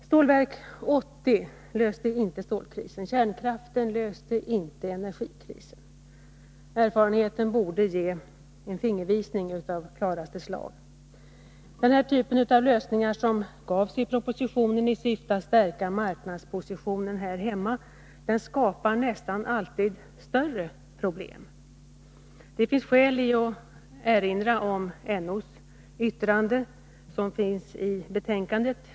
Stålverk 80 löste inte stålkrisen, kärnkraften löste inte energikrisen — erfarenheten borde ge en fingervisning av klaraste slag. Den typ av lösningar som gavs i propositionen i syfte att stärka marknadspositionen här hemma skapar nästan alltid större problem. Det finns skäl att erinra om NO:s , yttrande, som finns i betänkandet.